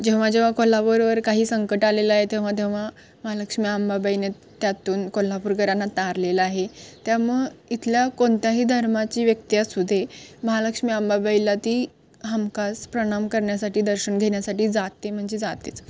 जेव्हा जेव्हा कोल्हापूरवर काही संकट आलेलं आहे तेव्हा तेव्हा महालक्ष्मी अंबाबाईने त्यातून कोल्हापूरकरांना तारलेलं आहे त्यामुळं इथल्या कोणत्याही धर्माची व्यक्ती असूदे महालक्ष्मी अंबाबाईला ती हमकास प्रणाम करण्यासाठी दर्शन घेण्यासाठी जाते म्हणजे जातेच